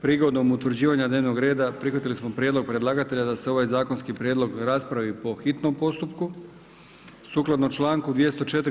Prigodom utvrđivanja dnevnog reda prihvatili smo prijedlog predlagatelja da se ovaj zakonski prijedlog raspravi po hitnom postupku, sukladno članku 204.